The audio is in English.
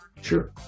Sure